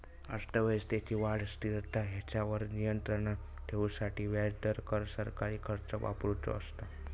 अर्थव्यवस्थेची वाढ, स्थिरता हेंच्यावर नियंत्राण ठेवूसाठी व्याजदर, कर, सरकारी खर्च वापरुचो असता